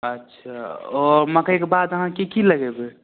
अच्छा ओ मकइके बाद अहाँ कि कि लगेबै